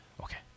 Okay